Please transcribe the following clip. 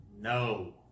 no